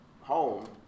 home